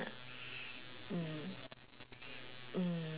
mm mm